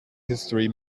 history